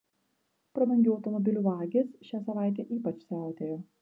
prabangių automobilių vagys šią savaitę ypač siautėjo